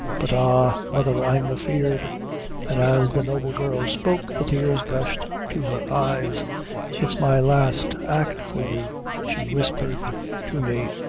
but ah, mother, i'm afeard and as the noble girl spoke, the tears gushed to her eyes it's my last act for you she whispered to me,